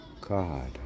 God